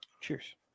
Cheers